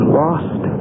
lost